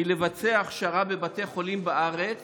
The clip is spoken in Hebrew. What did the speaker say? מלבצע הכשרה בבתי חולים בארץ